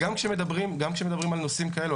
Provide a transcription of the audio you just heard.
וגם כשמדברים על נושאים כאלה,